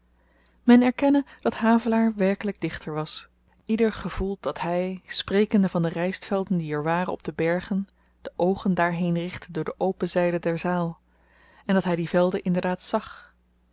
men erkenne dat havelaar werkelyk dichter was ieder gevoelt dat hy sprekende van de rystvelden die er waren op de bergen de oogen daarheen richtte door de open zyde der zaal en dat hy die velden inderdaad zag